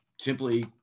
simply